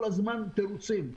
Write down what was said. וכל הזמן תירוצים.